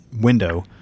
window